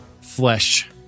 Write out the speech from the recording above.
flesh